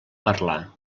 parlar